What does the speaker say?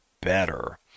better